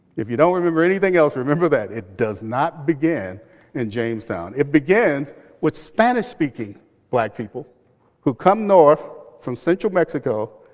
if you don't remember anything else, remember that. it does not began in jamestown. it begins with spanish speaking black people who come north from central mexico.